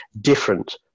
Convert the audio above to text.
different